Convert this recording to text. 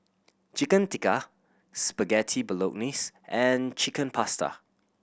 Chicken Tikka Spaghetti Bolognese and Chicken Pasta